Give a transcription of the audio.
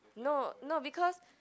no no because